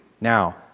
Now